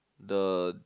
the